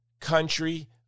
country